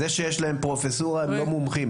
זה שיש להם פרופסורה הם לא מומחים,